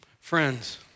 Friends